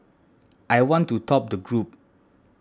I want to top the group